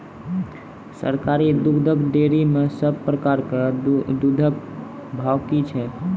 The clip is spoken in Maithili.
सरकारी दुग्धक डेयरी मे सब प्रकारक दूधक भाव की छै?